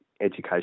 education